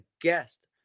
guest